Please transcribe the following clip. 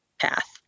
path